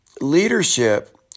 Leadership